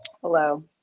Hello